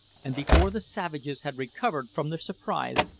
and before the savages had recovered from their surprise,